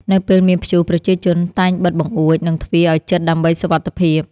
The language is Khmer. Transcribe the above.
នៅពេលមានព្យុះ ប្រជាជនតែងបិទបង្អួច និងទ្វារឱ្យជិតដើម្បីសុវត្ថិភាព។